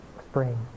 spring